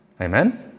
Amen